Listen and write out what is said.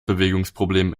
bewegungsproblem